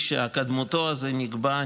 "קדמותו" זה נקבע,